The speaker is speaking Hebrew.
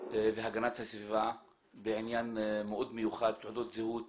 והגנת הסביבה בעניין מאוד מיוחד, תעודות זהות